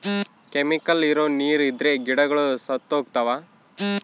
chemical ಇರೋ ನೀರ್ ಇದ್ರೆ ಗಿಡಗಳು ಸತ್ತೋಗ್ತವ